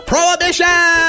Prohibition